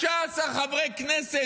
15 חברי כנסת.